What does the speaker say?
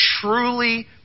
truly